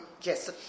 yes